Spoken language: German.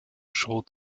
show